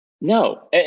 No